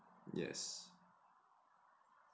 yes